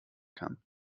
kann